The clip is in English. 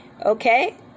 Okay